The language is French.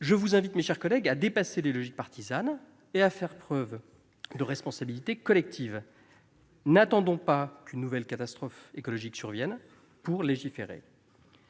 je vous invite, mes chers collègues, à dépasser les logiques partisanes et à faire preuve de responsabilité collective. N'attendons pas qu'une nouvelle catastrophe écologique survienne pour légiférer